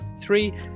Three